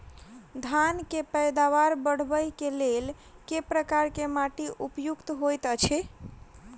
धान केँ पैदावार बढ़बई केँ लेल केँ प्रकार केँ माटि उपयुक्त होइत अछि?